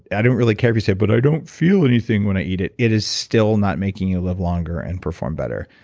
i don't really care if you say, but i don't feel anything when i eat it. it is still not making you live longer and perform better.